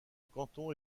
canton